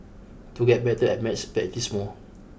to get better at maths practise more